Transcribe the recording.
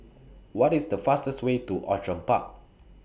What IS The fastest Way to Outram Park